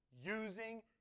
using